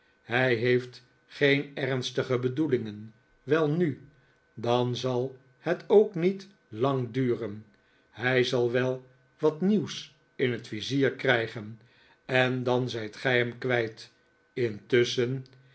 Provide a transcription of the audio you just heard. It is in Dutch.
hij heeft geen ernstige bedoelingen welnu dan zal het ook niet lang duren hij zal wel wat nieuws in het vizier krijgen en dan zijt gij hem kwijt